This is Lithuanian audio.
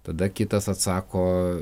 tada kitas atsako